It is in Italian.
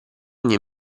ogni